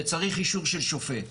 וצריך אישור של שופט.